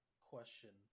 question